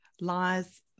lies